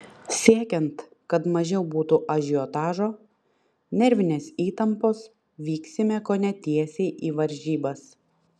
siekiant kad mažiau būtų ažiotažo nervinės įtampos vyksime kone tiesiai į varžybas